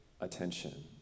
attention